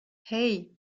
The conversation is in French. hey